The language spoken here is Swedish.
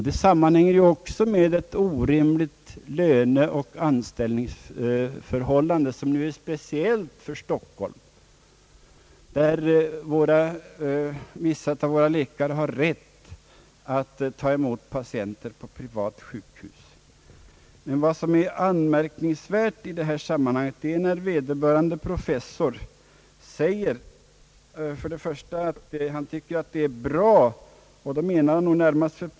Det sammanhänger också med de orimliga löneoch anställningsförhållanden som gäller speciellt för Stockholm, där vissa av våra läkare har rätt att ta emot patienter på privatsjukhus. Det anmärkningsvärda i detta sammanhang är dock när vederbörande professor säger, att han tycker att det är bra att det finns en privat sektor.